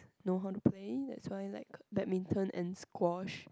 know how to play that's why like badminton and squash